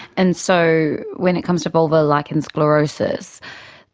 and so when it comes to vulvar lichen sclerosus,